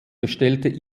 bestellte